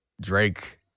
Drake